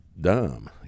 dumb